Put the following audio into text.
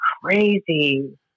crazy